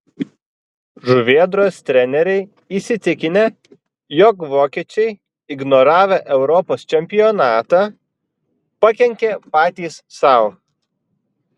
žuvėdros treneriai įsitikinę jog vokiečiai ignoravę europos čempionatą pakenkė patys sau